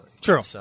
True